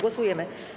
Głosujemy.